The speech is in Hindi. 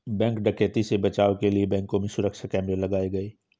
बैंक डकैती से बचाव के लिए बैंकों में सुरक्षा कैमरे लगाये गये